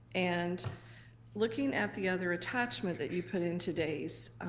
and looking at the other attachment that you put in today's,